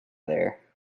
there